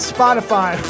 Spotify